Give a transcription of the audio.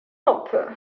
hoppe